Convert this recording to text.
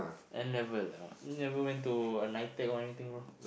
N-level ah you never went to a Nitec or anything bro